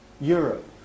Europe